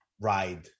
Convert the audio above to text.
ride